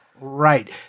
Right